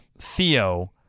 Theo